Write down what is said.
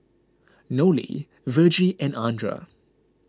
Nolie Vergie and andra